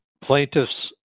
plaintiff's